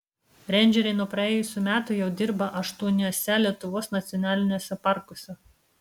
reindžeriai nuo praėjusių metų jau dirba aštuoniuose lietuvos nacionaliniuose parkuose